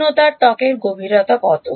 শূন্যতার ত্বকের গভীরতা কত